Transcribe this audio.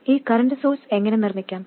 ഈ current source എങ്ങനെ നിർമ്മിക്കാം